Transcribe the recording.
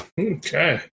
Okay